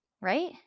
right